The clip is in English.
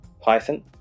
Python